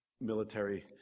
military